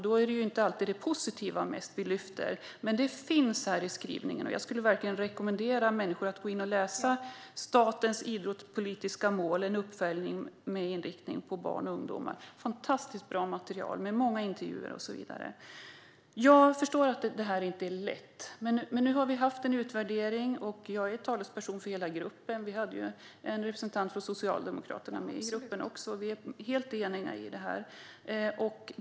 Då är det inte alltid det positiva vi lyfter fram i diskussionen, men det finns här i skrivningen. Jag skulle verkligen rekommendera människor att gå in och läsa Statens idrottspolitiska mål - en uppföljning med inriktning på barn och ungdomar . Det är ett fantastiskt bra material med många intervjuer och så vidare. Jag förstår att detta inte är lätt. Men nu har vi haft en utvärdering, och jag är talesperson för hela gruppen. Vi hade också en representant för Socialdemokraterna med, och vi är helt eniga i detta.